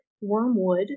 wormwood